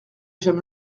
j’aime